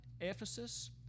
Ephesus